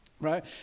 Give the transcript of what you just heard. right